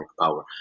power